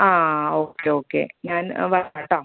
ആ okay okay ഞാൻ വരാം കേട്ടോ